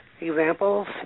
examples